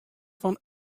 fan